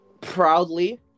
Proudly